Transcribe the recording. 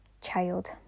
child